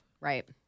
Right